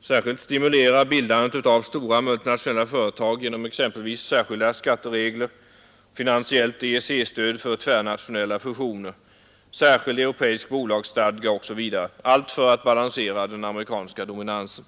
särskilt stimulera bildandet av multinationella företag, t.ex. genom särskilda skatteregler och finansiellt EEC-stöd för tvärnationella fusioner, särskild europeisk bolagsstadga osv. allt för att balansera den amerikanska dominansen.